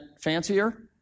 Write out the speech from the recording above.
fancier